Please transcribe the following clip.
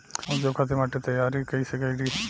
उपजाये खातिर माटी तैयारी कइसे करी?